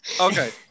Okay